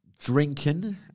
drinking